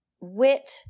wit